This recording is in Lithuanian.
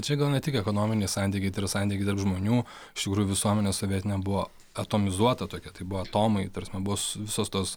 čia gal ne tik ekonominiai santykiai tai yra santykiai tarp žmonių iš tikrųjų visuomenė sovietinė buvo atomizuota tokia tai buvo atomai ta prasme s buvo visos tos